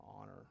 honor